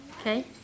Okay